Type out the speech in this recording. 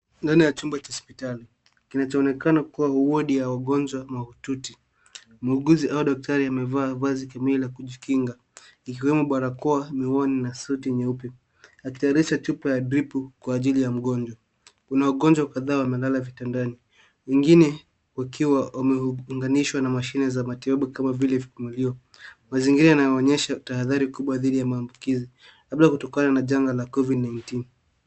Ndani ya chumba cha hospitali. Kinachoonekana kuwa wodi ya wagonjwa mahututi. Muuguzi au daktari amevaa vazi kamili ya kujikinga ikiwemo barakoa, miwani na suti nyeupe, akitayarisha chupa ya dripu kwa ajili ya mgonjwa. Kuna wagonjwa kadhaa wamelala vitandani. Wengine wakiwa wameunganishwa na mashine za matibabu kama vile vipumilio. Mazingira yanaonyesha tahadhari kubwa dhidi ya maambukizi, labda kutokana na janga la Covid-19 .